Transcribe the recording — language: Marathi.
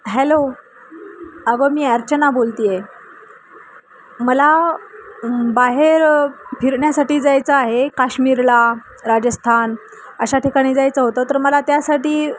हॅलो अग मी अर्चना बोलते आहे मला बाहेर फिरण्यासाठी जायचं आहे काश्मीरला राजस्थान अशा ठिकाणी जायचं होतं तर मला त्यासाठी